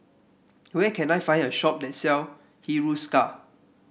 where can I find a shop that sell Hiruscar